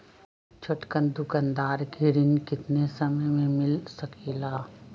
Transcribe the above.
छोटकन दुकानदार के ऋण कितने समय मे मिल सकेला?